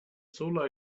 solar